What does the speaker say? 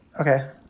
Okay